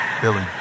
Billy